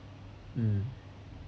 mm